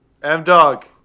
M-Dog